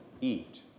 eat